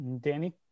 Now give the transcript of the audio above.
Danny